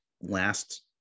last